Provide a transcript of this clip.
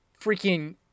freaking